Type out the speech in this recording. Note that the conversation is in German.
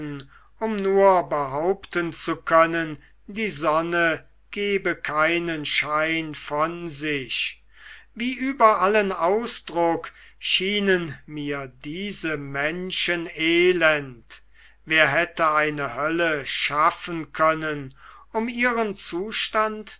um nur behaupten zu können die sonne gebe keinen schein von sich wie über allen ausdruck schienen mir diese menschen elend wer hätte eine hölle schaffen können um ihren zustand